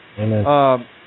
Amen